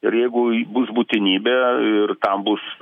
ir jeigu bus būtinybė ir tam bus